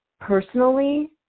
personally